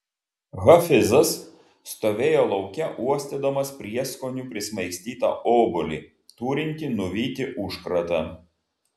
hafizas stovėjo lauke uostydamas prieskonių prismaigstytą obuolį turintį nuvyti užkratą